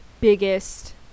biggest